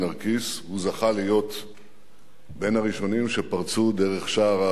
הוא זכה להיות בין הראשונים שפרצו דרך שער האריות